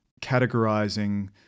categorizing